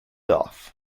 off